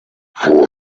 for